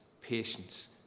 patience